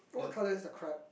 what colour is the crab